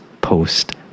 post